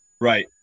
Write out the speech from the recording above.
Right